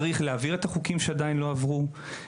צריך להעביר את החוקים שעדיין לא עברו,